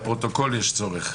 לפרוטוקול יש צורך.